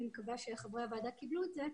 אני מקווה שחברי הוועדה קיבלו את זה.